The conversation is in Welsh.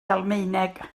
almaeneg